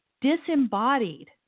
Disembodied